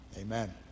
Amen